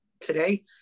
today